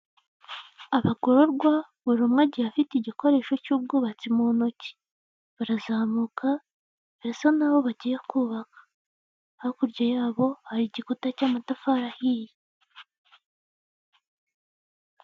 Abagororwa, buri umwe agiye afite igikoresho cy'ubwubatsi mu ntoki. Barazamuka, birasa n'aho bagiye kubaka. Hakurya yabo hari igikuta cy'amatafari ahiye.